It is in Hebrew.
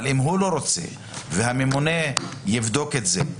והממונה יבדוק את זה,